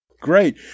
Great